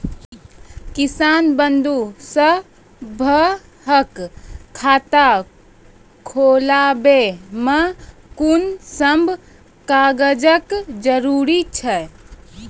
किसान बंधु सभहक खाता खोलाबै मे कून सभ कागजक जरूरत छै?